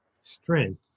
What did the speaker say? strength